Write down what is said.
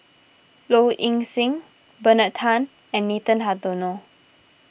Low Ing Sing Bernard Tan and Nathan Hartono